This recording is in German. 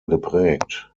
geprägt